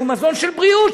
שהוא מזון של בריאות,